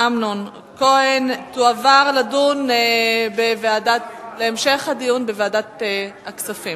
אמנון כהן, תועבר להמשך הדיון בוועדת הכספים.